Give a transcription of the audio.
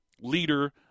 leader